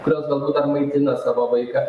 kurios galbūt dar maitina savo vaiką